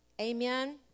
Amen